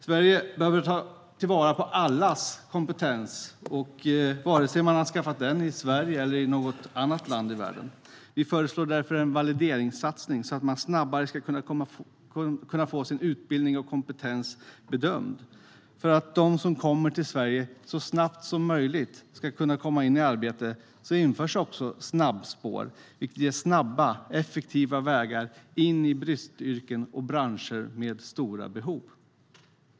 Sverige behöver ta till vara allas kompetens, vare sig man har skaffat den i Sverige eller i någon annan del av världen. Vi föreslår därför en valideringssatsning så att man snabbare ska kunna få sin utbildning och kompetens bedömd. För att de som kommer till Sverige så snabbt som möjligt ska komma i arbete införs också ett snabbspår, vilket ger snabba, effektiva vägar in i bristyrken och branscher med stora behov.